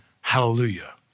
Hallelujah